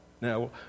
Now